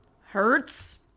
hurts